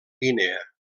guinea